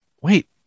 wait